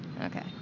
Okay